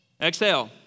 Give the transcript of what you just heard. Exhale